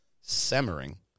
simmering